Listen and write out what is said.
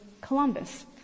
Columbus